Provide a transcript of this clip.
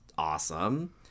Awesome